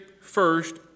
first